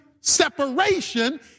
separation